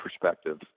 perspective